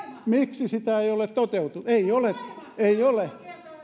miksi sitä ei ole toteutettu ei ole ei ole